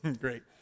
Great